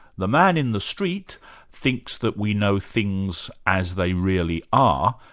the man in the street thinks that we know things as they really are,